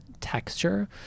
texture